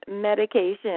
medication